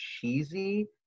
cheesy